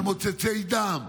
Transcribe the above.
על מוצצי דם,